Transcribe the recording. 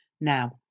now